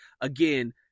Again